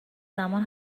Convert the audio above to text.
زمان